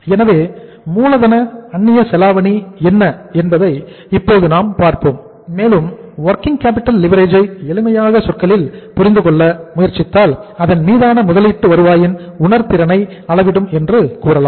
எனவே மூலதன அந்நிய செலாவணி என்ன என்பதை இப்போது நாம் பார்ப்போம் மேலும் வொர்கிங் கேப்பிட்டல் லிவரேஜ் ஐ எளிமையான சொற்களில் புரிந்து கொள்ள முயற்சித்தால் அதன் மீதான முதலீட்டு வருவாயின் உணர்திறனை அளவிடும் என்று கூறலாம்